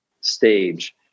stage